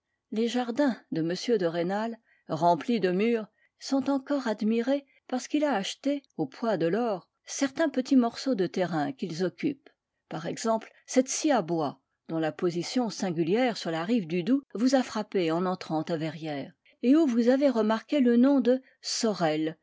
les jardins de m de rênal remplis de murs sont encore admirés parce qu'il a acheté au poids de l'or certains petits morceaux de terrain qu'ils occupent par exemple cette scie à bois dont la position singulière sur la rive du doubs vous a frappé en entrant à verrières et où vous avez remarqué le nom de sorel